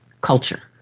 culture